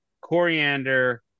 coriander